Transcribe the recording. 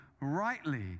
Rightly